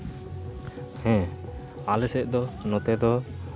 ᱦᱮᱸ ᱟᱞᱮ ᱥᱮᱫ ᱫᱚ ᱱᱚᱛᱮ ᱫᱚ